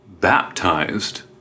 baptized